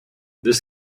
this